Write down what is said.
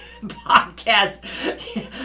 podcast